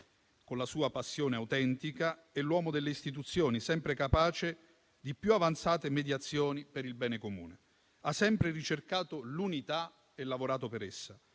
con la sua passione autentica, e l'uomo delle istituzioni, sempre capace di più avanzate mediazioni per il bene comune. Ha sempre ricercato l'unità e lavorato per essa